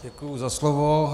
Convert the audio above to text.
Děkuji za slovo.